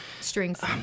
Strings